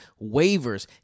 waivers